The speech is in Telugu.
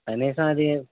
కనీసం అది